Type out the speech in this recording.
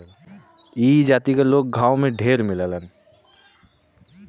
ई जाति क लोग गांव में ढेर मिलेलन